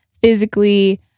physically